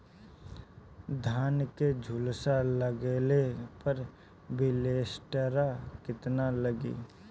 धान के झुलसा लगले पर विलेस्टरा कितना लागी?